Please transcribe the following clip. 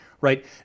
right